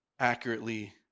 accurately